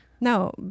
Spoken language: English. No